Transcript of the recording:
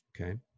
Okay